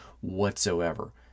whatsoever